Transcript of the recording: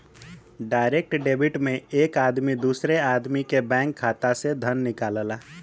direct debit में एक आदमी दूसरे आदमी के बैंक खाता से धन निकालला